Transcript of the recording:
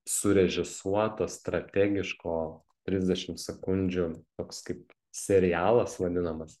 surežisuoto strategiško trisdešim sekundžių toks kaip serialas vadinamas